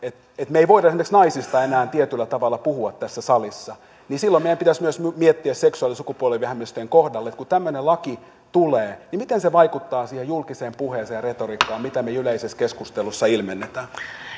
me emme voi esimerkiksi naisista enää tietyllä tavalla puhua tässä salissa silloin meidän pitäisi miettiä myös seksuaali ja sukupuolivähemmistöjen kohdalla kun tämmöinen laki tulee miten se vaikuttaa siihen julkiseen puheeseen ja retoriikkaan mitä me yleisessä keskustelussa ilmennämme